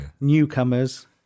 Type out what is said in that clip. newcomers